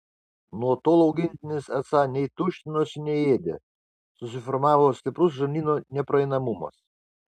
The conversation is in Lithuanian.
nuo tol augintinis esą nei tuštinosi nei ėdė susiformavo stiprus žarnyno nepraeinamumas